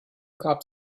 gab